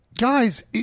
guys